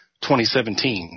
2017